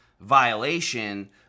violation